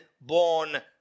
born